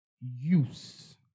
Use